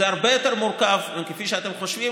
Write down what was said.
זה הרבה יותר מורכב מכפי שאתם חושבים,